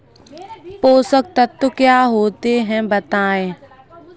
पोषक तत्व क्या होते हैं बताएँ?